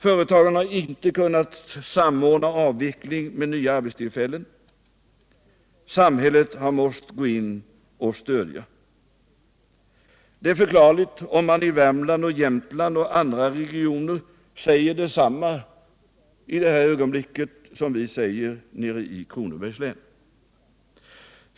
Företagarna har inte kunnat samordna avvecklingen med tillskapandet av nya arbetstillfällen. Samhället har måst gå in och ge stöd. Det är förklarligt om man i det här ögonblicket i Värmland, Jämtland och andra regioner säger detsamma som vi i Kronobergs län.